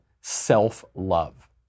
self-love